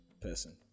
person